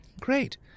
Great